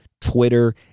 Twitter